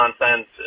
nonsense